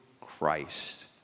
Christ